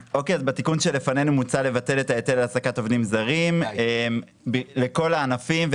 בתיקון שלפנינו מוצע לבטל את ההיטל על העסקת עובדים לכל הענפים,